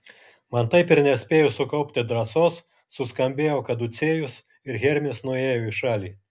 man taip ir nespėjus sukaupti drąsos suskambėjo kaducėjus ir hermis nuėjo į šalį